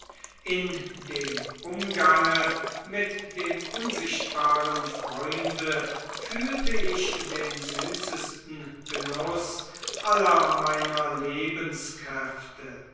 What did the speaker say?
in dem umgange mit dem unsichtbaren freunde fühlte ich den süßesten genuß aller meiner lebenskräfte